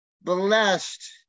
blessed